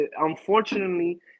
unfortunately